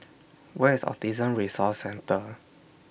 Where IS Autism Resource Centre